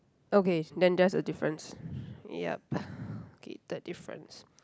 okay then that's a difference yup okay the difference